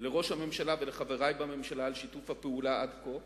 לראש הממשלה ולחברי בממשלה על שיתוף הפעולה עד כה